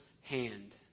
hand